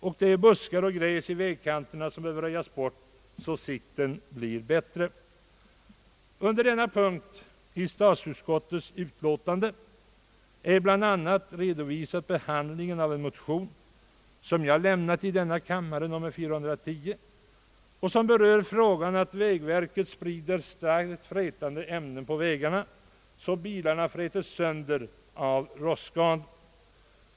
Buskar och gräs behöver röjas bort vid vägkanterna, så att sikten blir bättre. Under denna punkt i statsutskottets utlåtande redovisas bl.a. behandlingen av en motion som jag tillsammans med herr Yngve Nilsson har väckt i denna kammare, nr 410, och som berör olägenheten av att vägverket sprider starkt frätande ämnen på vägarna, vilket orsakar rostskador på bilarna.